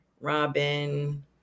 robin